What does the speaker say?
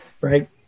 right